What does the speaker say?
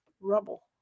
rubble